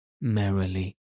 merrily